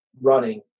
running